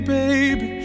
baby